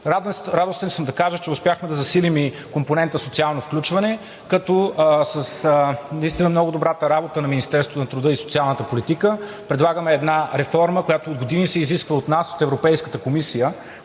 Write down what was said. Радостен съм да кажа, че успяхме да засилим и компонента „Социално включване“, като с наистина много добрата работа на Министерството на труда и социалната политика предлагаме една реформа, която от години се изисква от нас от Европейската комисия,